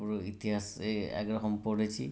পুরো ইতিহাসে এক রকম পড়েছি